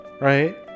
right